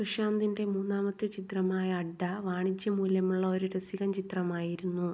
സുശാന്തിൻ്റെ മൂന്നാമത്തെ ചിത്രമായ അഡ്ഡ വാണിജ്യ മൂല്യമുള്ള ഒരു രസികന് ചിത്രമായിരുന്നു